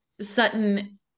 Sutton